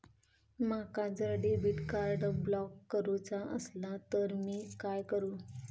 माका जर debit card block करूचा असला तर मी काय करू?